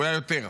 אולי יותר.